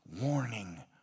warning